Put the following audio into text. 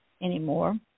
anymore